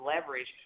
leverage